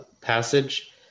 passage